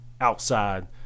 outside